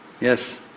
Yes